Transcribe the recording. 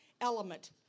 element